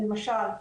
שלמשל,